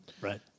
right